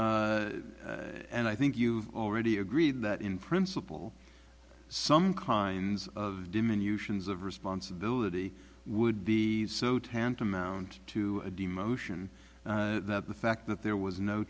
and i think you've already agreed that in principle some kinds of diminutions of responsibility would be so tantamount to a demotion that the fact that there was no